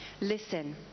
Listen